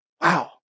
wow